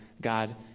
God